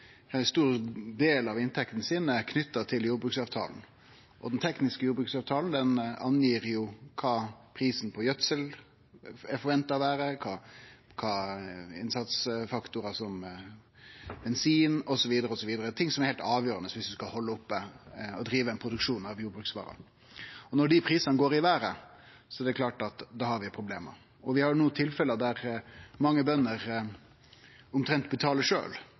stor del av inntekta si knytt til jordbruksavtalen. Den tekniske jordbruksavtalen angir kva prisen på gjødsel er forventa å vere, kva innsatsfaktorar som bensin skal koste osv. – ting som er heilt avgjerande om ein skal halde oppe og drive produksjon av jordbruksvarer. Når dei prisane går i vêret, er det klart at vi har problem. Vi har no tilfelle der mange bønder omtrent